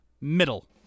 Middle